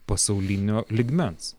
pasaulinio lygmens